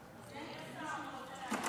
אדוני השר, אתה רוצה להשיב לו?